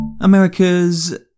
America's